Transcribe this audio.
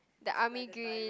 the army green